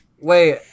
wait